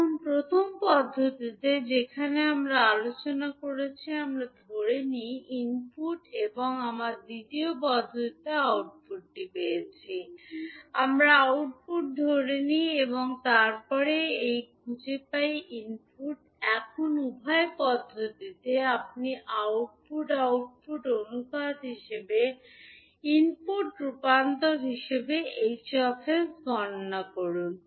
এখন প্রথম পদ্ধতিতে যেমন আমরা আলোচনা করেছি আমরা ধরে নিই ইনপুট এবং আমরা দ্বিতীয় পদ্ধতিতে আউটপুটটি পেয়েছি আমরা আউটপুট ধরে নিই এবং তারপরে এটি খুঁজে পাই ইনপুট এখন উভয় পদ্ধতিতে আপনি আউটপুট আউটপুট অনুপাত হিসাবে ইনপুট রূপান্তর হিসাবে 𝐻 𝑠 গণনা করুন